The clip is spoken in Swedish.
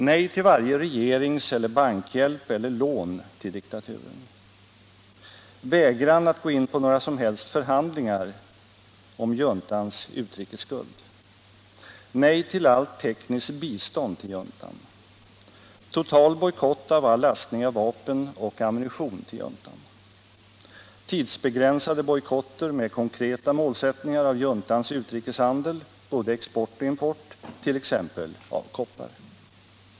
mot Chile Bojkottåtgärder mot Chile Vägran att gå in på några som helst förhandlingar om juntans utrikesskuld.